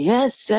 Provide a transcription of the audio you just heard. Yes